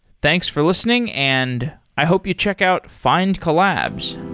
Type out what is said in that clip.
thanks for listening, and i hope you check out findcollabs